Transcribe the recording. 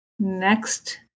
next